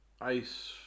ice